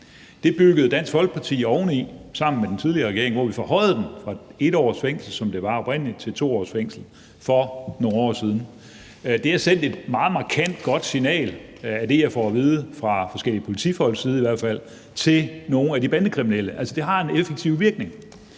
Det byggede Dansk Folkeparti jo for nogle år siden sammen med den tidligere regering oveni, hvor vi forhøjede dem fra 1 års fængsel, som det oprindelig var, til 2 års fængsel. Det har sendt et meget markant og godt signal – det er i hvert fald det, jeg får at vide fra forskellige politifolks side – til nogle af de bandekriminelle, altså at det har en effektiv virkning.